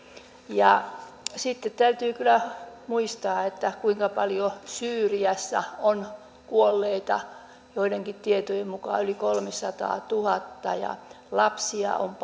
sitten täytyy kyllä muistaa kuinka paljon syyriassa on kuolleita joidenkin tietojen mukaan yli kolmesataatuhatta ja lapsia on